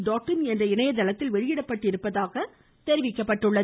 யெ என்ற இணையதளத்தில் வெளியிடப்பட்டுள்ளதாக தெரிவிக்கப்பட்டுள்ளது